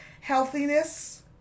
healthiness